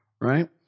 right